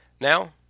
Now